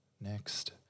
next